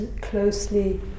closely